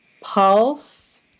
pulse